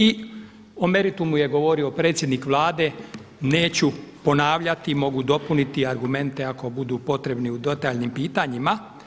I o meritumu je govorio predsjednik Vlade, neću ponavljati, mogu dopuniti argumente ako budu potrebni u detaljnim pitanjima.